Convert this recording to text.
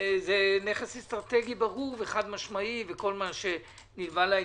זה נכס אסטרטגי ברור וחד משמעי וכל מה שנלווה לעניין.